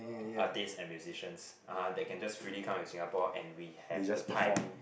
artists and musicians uh that can just freely come to Singapore and we have the time